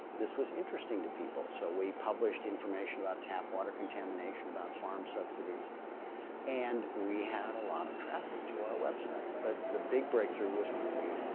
this was interesting to people, so we published information about tap water contamination, about farm subsidies and we had a lot of traffic to our website. but the big breakthrough breakthrough was when we.